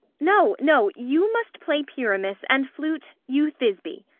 no, no, you must play pyramus and, flute, you thisby.